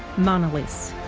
monoliths,